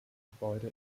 gebäude